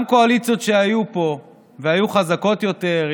גם קואליציות שהיו פה והיו חזקות יותר,